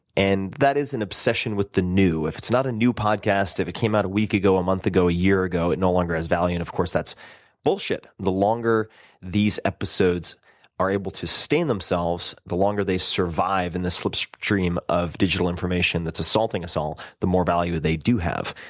and that is an obsession with the new. if it's not a new podcast, if it came out a week ago, a month ago, a year ago, it no longer has value. and, of course, that's bullshit. the longer these episodes are able to sustain themselves, the longer they survive in the slipstream of digital information that's assaulting us all, the more value they do have.